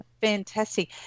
Fantastic